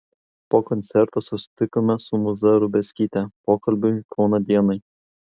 po koncerto susitikome su mūza rubackyte pokalbiui kauno dienai